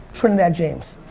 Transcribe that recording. trinidad james.